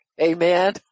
Amen